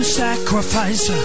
sacrifice